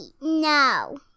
No